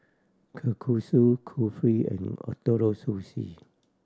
Kalguksu Kulfi and Ootoro Sushi